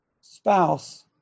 spouse